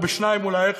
או בשניים אולי,